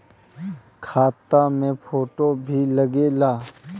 खाता मे फोटो भी लागे ला?